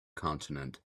consonant